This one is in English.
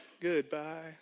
goodbye